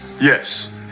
Yes